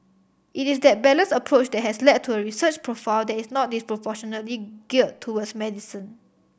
it is that balanced approach that has led to a research profile that is not disproportionately geared towards medicine